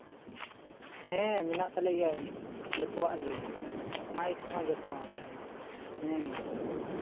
ᱦᱮᱸ ᱢᱮᱱᱟᱜ ᱛᱟᱞᱮ ᱜᱮᱭᱟ ᱡᱚᱛᱚᱣᱟᱜ ᱜᱮ ᱢᱟᱹᱭᱤᱠ ᱠᱚᱦᱚᱸ ᱡᱚᱛᱚ ᱦᱮᱸ